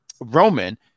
Roman